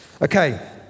Okay